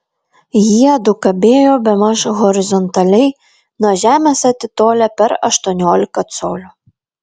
jiedu kabėjo bemaž horizontaliai nuo žemės atitolę per aštuoniolika colių